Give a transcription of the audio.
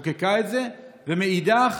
שחוקקה את זה, ומאידך